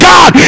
God